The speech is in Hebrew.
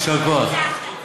יישר כוח.